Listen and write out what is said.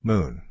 Moon